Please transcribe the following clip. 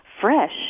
fresh